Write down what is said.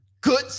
Good